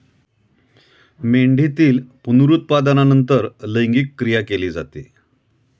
मेंढीतील पुनरुत्पादनानंतर लैंगिक क्रिया केली जाते